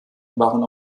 waren